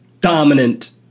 dominant